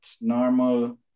normal